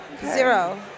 Zero